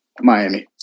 Miami